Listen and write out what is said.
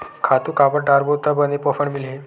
खातु काबर डारबो त बने पोषण मिलही?